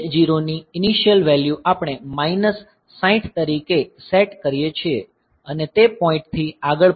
TH0 ની initial value આપણે minus 60 તરીકે સેટ કરીએ છીએ અને તે પોઈન્ટ થી આગળ પણ